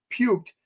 puked